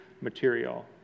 material